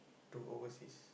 to overseas